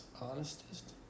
Honestest